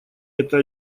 это